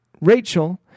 Rachel